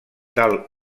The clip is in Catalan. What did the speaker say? dalt